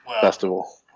festival